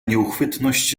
nieuchwytność